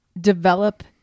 develop